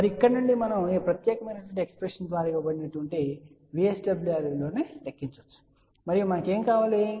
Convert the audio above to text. మరియు ఇక్కడ నుండి మనం ఈ ప్రత్యేక ఎక్స్ప్రెషన్ ద్వారా ఇవ్వబడిన VSWR విలువను లెక్కించవచ్చు మరియు మనకు ఏమి కావాలి